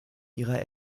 ihrer